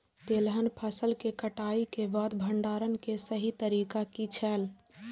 तेलहन फसल के कटाई के बाद भंडारण के सही तरीका की छल?